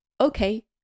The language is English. okay